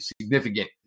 significant